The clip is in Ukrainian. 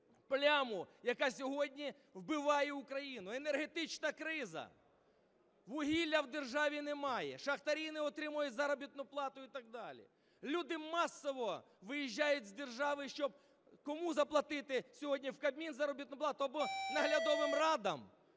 пляму, яка сьогодні вбиває Україну. Енергетична криза. Вугілля в державі немає, шахтарі не отримують заробітну плату і так далі. Люди масово виїжджають з держави, щоб… Кому заплатити сьогодні, в Кабміні заробітну плату або наглядовим радам,